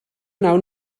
wnawn